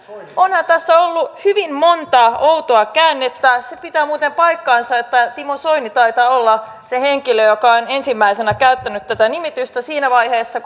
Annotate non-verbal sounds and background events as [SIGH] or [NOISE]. onhan tässä ollut hyvin monta outoa käännettä se pitää muuten paikkansa että timo soini taitaa olla se henkilö joka on ensimmäisenä käyttänyt tätä nimitystä siinä vaiheessa [UNINTELLIGIBLE]